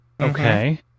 Okay